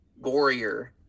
gorier